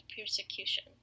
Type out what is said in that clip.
persecution